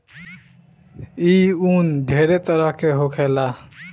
ई उन ढेरे तरह के होखेला